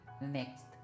Next